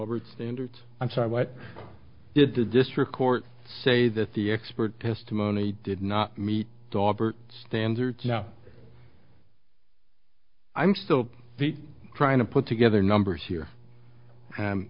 overt standards i'm sorry what did the district court say that the expert testimony did not meet dogbert standards now i'm still trying to put together numbers here